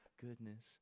goodness